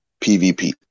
pvp